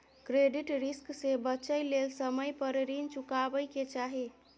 credit risk से बचइ लेल समय पर रीन चुकाबै के चाही